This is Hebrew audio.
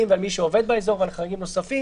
ועל מי שעובד באזור ועל חריגים נוספים,